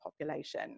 population